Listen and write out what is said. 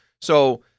So-